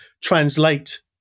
translate